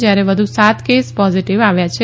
જયારે વધુ સાત કેસ પોઝીટીવ આવ્યા છે